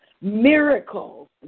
miracles